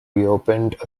reopened